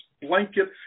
blanket